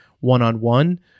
one-on-one